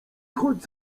choć